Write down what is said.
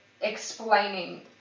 explaining